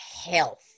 health